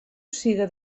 siga